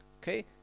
Okay